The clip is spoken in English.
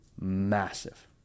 massive